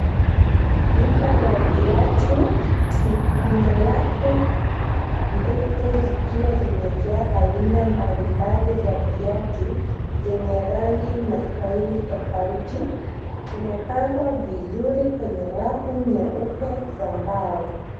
Duka la viatu, kuna rafu ndefu zikiwa zimejaa aina mbalimbali za viatu zenye rangi na staili tofauti zimepangwa vizuri kwenye rafu nyeupe za mbao.